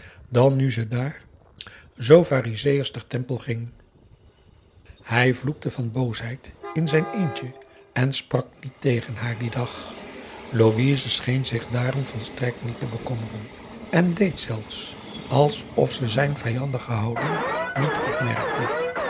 dan nu ze daar zoo farizeesch ter tempel ging hij vloekte van boosheid in zijn eentje en sprak niet tegen haar dien dag louise scheen zich daarom volstrekt niet te bekommeren en deed zelfs alsof ze zijn vijandige houding niet opmerkte